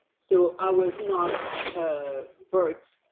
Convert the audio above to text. so i was not a bird,